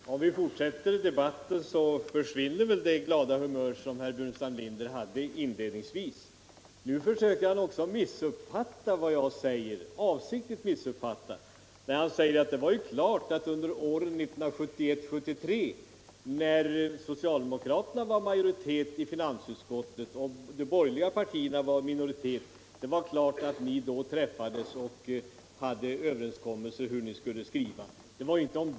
Herr talman! Om vi fortsätter debatten, försvinner väl det glada humör som herr Burenstam Linder visade inledningsvis! Nu försöker herr Burenstam Linder avsiktligt missuppfatta mig, när han säger att under åren 1971-1973, när socialdemokraterna var i majoritet och de borgerliga partierna i minoritet i finansutskottet, var det ju klart att ni då träffades och gjorde upp om hur ni skulle skriva.